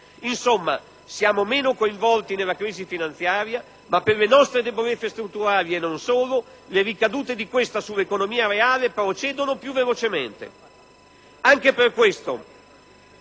Insomma, siamo meno coinvolti nella crisi finanziaria, ma, per le nostre debolezze strutturali e non solo, le ricadute di questa sull'economia reale procedono più velocemente. Anche per questo,